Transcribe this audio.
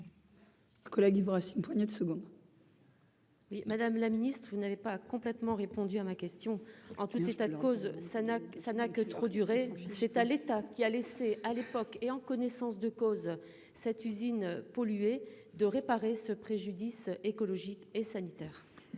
Collègues il faut une poignée de secondes. Oui, Madame la Ministre, vous n'avez pas complètement répondu à ma question, en tout état de cause, ça n'a, ça n'a que trop duré, c'est à l'État qui a laissé à l'époque et en connaissance de cause, cette usine polluée de réparer ce préjudice écologique et sanitaire,